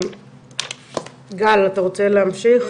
גל, אתה רוצה להמשיך?